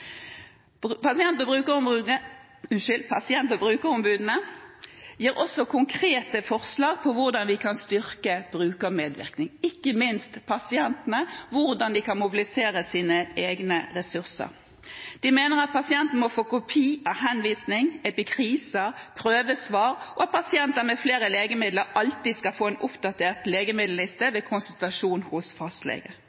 Pasient- og brukerombudene gir også konkrete forslag om hvordan vi kan styrke brukermedvirkning, ikke minst hvordan pasientene kan mobilisere sine egne ressurser. De mener at pasienten må få kopi av henvisninger, epikriser, prøvesvar, og pasienter som bruker flere legemidler, skal alltid få en oppdatert legemiddelliste